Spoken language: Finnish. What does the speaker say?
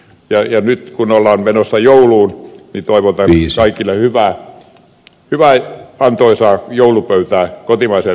ja nyt kun ollaan menossa jouluun niin toivotan kaikille hyvää antoisaa joulupöytää kotimaisen ruuan parissa